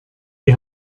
die